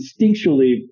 instinctually